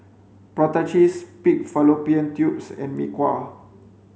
prata cheese pig fallopian tubes and mee kuah